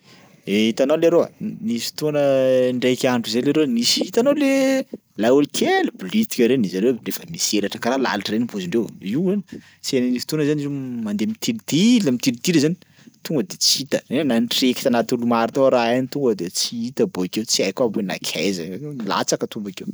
Hitanao leroa nisy fotoana ndraiky andro zay leroa nisy hitanao le laolo kely blitika reny izareo ndray fa misy helatra karaha lalitra reny paozindreo, io tsy hay misy fotoana zany izy io mandeha mitilitily mitilitily zany tonga de tsy hita, ein na trenkitra anaty olo maro tao raha iny tonga de tsy hita bôkeo tsy haiko aby hoe nankaiza, latsaka to bakeo.